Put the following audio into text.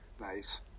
Nice